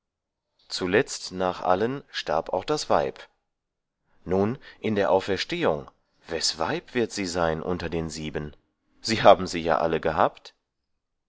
zuletzt nach allen starb auch das weib nun in der auferstehung wes weib wird sie sein unter den sieben sie haben sie ja alle gehabt